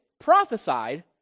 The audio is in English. prophesied